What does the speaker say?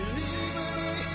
liberty